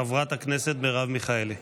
חברת הכנסת מרב מיכאלי.